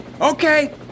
Okay